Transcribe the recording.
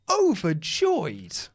overjoyed